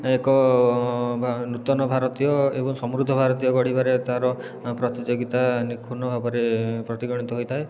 ଏକ ନୂତନ ଭାରତୀୟ ଏବଂ ସମୃଦ୍ଧ ଭାରତୀୟ ଗଢ଼ିବାରେ ତା'ର ପ୍ରତିଯୋଗିତା ନିଖୁଣ ଭାବରେ ପ୍ରତିଗଣିତ ହୋଇଥାଏ